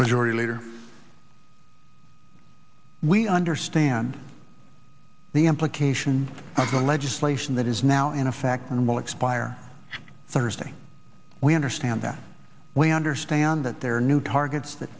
majority leader we understand the implication of the legislation that is now in effect and will expire thursday we understand that we understand that there are new targets that